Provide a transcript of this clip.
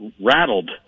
rattled